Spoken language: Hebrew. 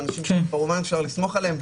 אנשים שכמובן אפשר לסמוך עליהם,